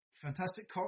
Fantastic